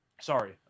Sorry